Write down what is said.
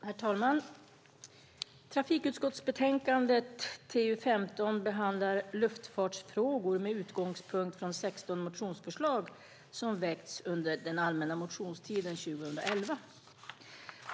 Herr talman! Trafikutskottets betänkande TU15 behandlar luftfartsfrågor med utgångspunkt från 16 motionsförslag som väckts under den allmänna motionstiden 2011.